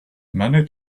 many